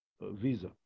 visa